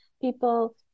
people